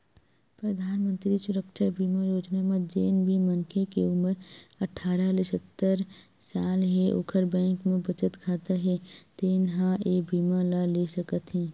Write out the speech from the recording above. परधानमंतरी सुरक्छा बीमा योजना म जेन भी मनखे के उमर अठारह ले सत्तर साल हे ओखर बैंक म बचत खाता हे तेन ह ए बीमा ल ले सकत हे